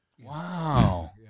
Wow